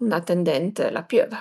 en atendent la piöva